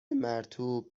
مرطوب